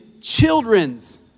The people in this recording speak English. children's